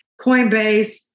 Coinbase